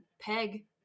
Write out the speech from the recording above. peg